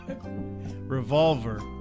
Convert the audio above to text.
revolver